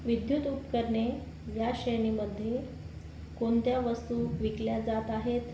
विद्युत उपकरणे या श्रेणीमध्ये कोणत्या वस्तू विकल्या जात आहेत